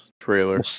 trailer